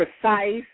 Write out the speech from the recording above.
precise